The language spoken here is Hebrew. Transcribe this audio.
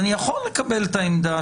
אני יכול לקבל את העמדה.